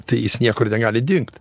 tai jis niekur negali dingt